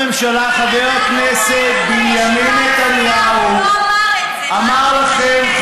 ראש הממשלה חבר הכנסת בנימין נתניהו אמר לכם,